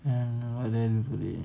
and then for the